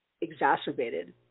exacerbated